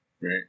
right